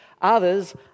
Others